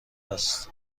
است